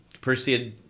Perseid